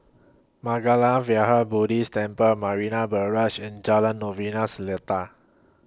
Mangala Vihara Buddhist Temple Marina Barrage and Jalan Novena Selatan